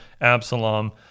Absalom